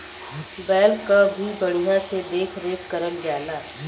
बैल क भी बढ़िया से देख रेख करल जाला